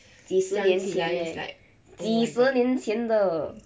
几十年前几十年前了